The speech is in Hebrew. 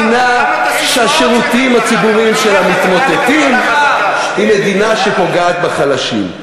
כי מדינה שהשירותים הציבוריים שלה מתמוטטים היא מדינה שפוגעת בחלשים.